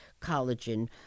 collagen